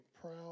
proud